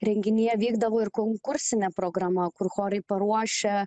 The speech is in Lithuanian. renginyje vykdavo ir konkursinė programa kur chorai paruošia